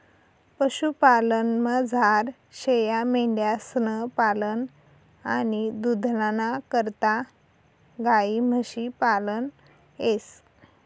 पशुपालनमझार शेयामेंढ्यांसनं पालन आणि दूधना करता गायी म्हशी पालन येस